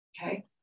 Okay